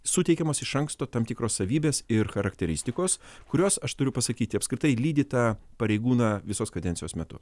suteikiamos iš anksto tam tikros savybės ir charakteristikos kurios aš turiu pasakyti apskritai lydi tą pareigūną visos kadencijos metu